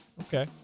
Okay